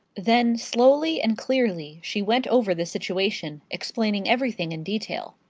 then slowly and clearly she went over the situation, explaining everything in detail.